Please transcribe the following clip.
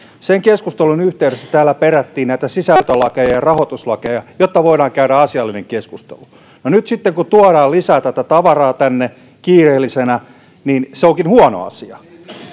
sen keskustelun yhteydessä täällä perättiin näitä sisältölakeja ja rahoituslakeja jotta voidaan käydä asiallinen keskustelu no nyt sitten kun tuodaan lisää tätä tavaraa tänne kiireellisenä niin se onkin huono asia